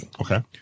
Okay